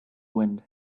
wind